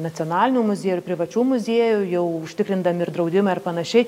nacionalinių muziejų ir privačių muziejų jau užtikrindami ir draudimą ir panašiai